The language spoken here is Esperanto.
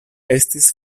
estis